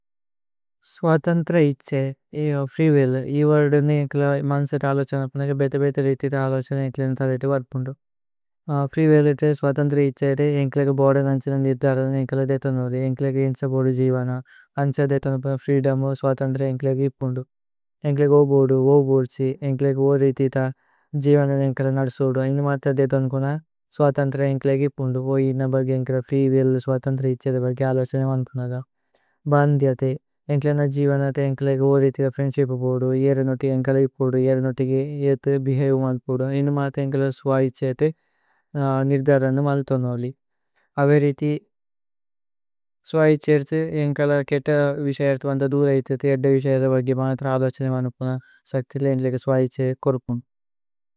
സ്വഥന്ത്ര ഇത്സേ free will ഇ വരുദനു ഇക്കില। മന്സത് അലോഛനപ്നഗ ബേതേ ബേതേ രിതിഥ അലോഛന। ഇക്കിലേന തരിതി വരുപുന്ദു ഫ്രീ വില്ല് ഇത്സേ। സ്വഥന്ത്ര ഇത്സേ ഏതേ ഇക്കിലേഗ ബോദു നന്ഛിന। നിര്ധരനു ഇക്കില ദേതനമലി ഇക്കിലേഗ ഇന്സ। ബോദു ജിവന, അന്സ ദേതനപുന ഫ്രീദോമ്। സ്വഥന്ത്ര ഇക്കിലേഗ ഇപ്പുന്ദു ഇക്കിലേഗ ബോദു। ബോദ്സി ഇക്കിലേഗ രിതിഥ ജിവന നിന്കില। നര്സുദു ഇന്നുമത ദേതനപുന സ്വഥന്ത്ര। ഇക്കിലേഗ ഇപ്പുന്ദു ഇന്ന ബഗി ഇക്കില ഫ്രീ। വില്ലു സ്വഥന്ത്ര ഇത്സേ ബഗി അലോഛന। വന്പുനഗ ഭന്ധ്യ ഇത്സേ ഇക്കിലേന ജിവന ഏതേ। ഇക്കിലേഗ രിതിഥ ഫ്രിഏന്ദ്ശിപു ബോദു ഇഅരന്നുതി। ഇക്കില ഇപ്പുന്ദു ഇഅരന്നുതി കേ ഏതേ ബേഹവിഓഉരു। ബോദു ഇന്നുമത ഇക്കില സ്വൈഛേതേ നിര്ധരനു। മന്ഥോനമലി അവേ രിതി സ്വൈഛേതേ ഇക്കില। കേത്ത വിശയതേ വന്ദ ധുലേ ഇത്തേ തീര്ദ। വിശയതേ ബഗി മനത്ര അലോഛന വന്പുന। സക്തില ഇക്കിലേഗ സ്വൈഛേതേ കോര്പുന।